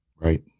Right